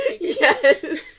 Yes